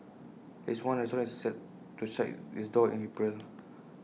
least one restaurant is set to shut its doors in April